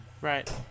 Right